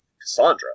Cassandra